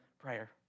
prayer